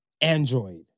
android